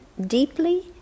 deeply